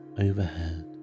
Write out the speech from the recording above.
overhead